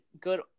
good